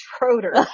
Schroeder